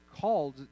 called